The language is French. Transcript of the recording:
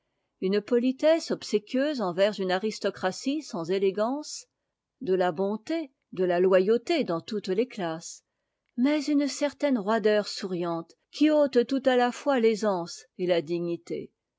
une petitesse obséquieuse envers une aristocratie sans élégance de la bonté de la loyauté dans toutes les classes mais une certaine roideur souriante qui ôte tout à la fois l'aisance et la dignité